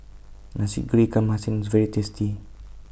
Nasi Goreng Ikan Masin IS very tasty